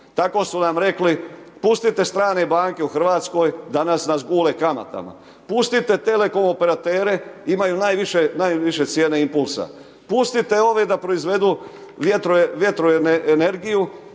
Tako su nam rekli pustite strane banke u Hrvatskoj, da nas gule kamatama. Pustite telekomoperatere, imaju najviše cijene impulsa. Pustite ove da proizvedu vjetroenergiju,